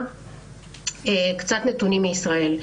כמה נתונים מישראל.